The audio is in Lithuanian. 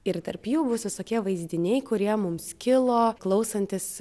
ir tarp jų bus visokie vaizdiniai kurie mums kilo klausantis